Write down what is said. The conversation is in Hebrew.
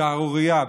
שערורייה.